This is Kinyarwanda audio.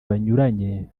banyuranye